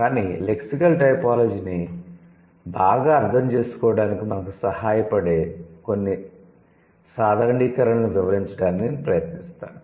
కానీ లెక్సికల్ టైపోలాజీని బాగా అర్థం చేసుకోవడానికి మనకు సహాయపడే కనీసం కొన్ని సాధారణీకరణలను వివరించడానికి నేను ప్రయత్నిస్తాను